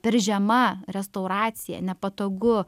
per žema restauracija nepatogu